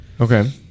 Okay